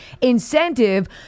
incentive